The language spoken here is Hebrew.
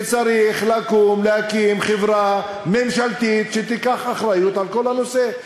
צריך להקים חברה ממשלתית שתיקח אחריות על כל הנושא.